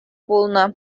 пулнӑ